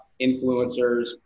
influencers